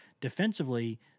defensively